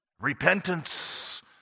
repentance